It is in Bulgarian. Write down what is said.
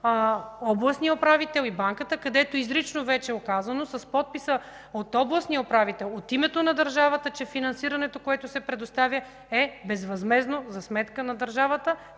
областният управител и банката, където изрично вече е указано с подписа от областния управител, от името на държавата, че финансирането, което се предоставя, е безвъзмездно за сметка на държавата.